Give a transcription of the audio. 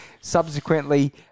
Subsequently